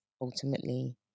ultimately